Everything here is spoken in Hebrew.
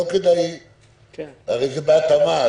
הרי זה בהתאמה.